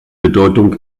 bedeutung